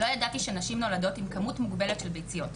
לא ידעתי שנשים נולדות עם כמות מוגבלת של ביציות.